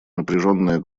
напряженная